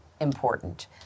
important